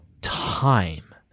time